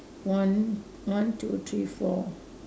one one two three four